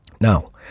Now